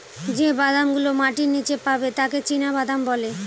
যে বাদাম গুলো মাটির নীচে পাবে তাকে চীনাবাদাম বলে